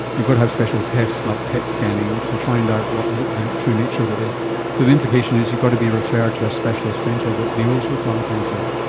you've got to have special tests like pet scanning to find out what the the true nature of it is, so the implication is you've got to be referred to a specialist centre that deals with lung cancer.